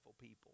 people